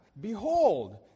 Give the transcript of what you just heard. Behold